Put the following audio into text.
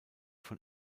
von